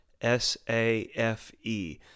s-a-f-e